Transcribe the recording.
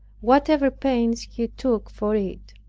whatever pains he took for it.